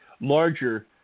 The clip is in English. larger